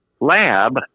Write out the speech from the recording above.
lab